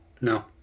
No